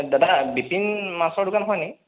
দাদা বিপিন মাছৰ দোকান হয় নি